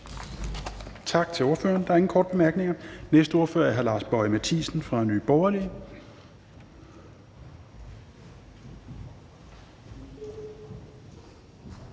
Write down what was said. Tak til ordføreren. Der er ingen korte bemærkninger. Den næste ordfører er hr. Lars Boje Mathiesen fra Nye Borgerlige.